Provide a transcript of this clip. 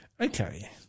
Okay